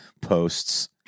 posts